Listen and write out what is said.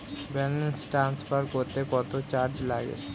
Balance transfer করতে কত charge লাগে?